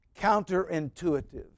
counterintuitive